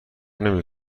نمی